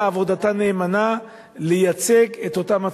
עבודתה נאמנה לייצג את אותם עצורים.